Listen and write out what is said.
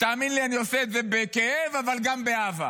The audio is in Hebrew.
ותאמין לי שאני עושה את זה בכאב, אבל גם באהבה.